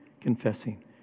confessing